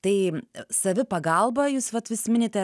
tai savipagalba jūs vat vis minite